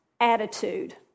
attitude